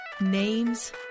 Names